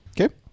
Okay